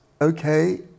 okay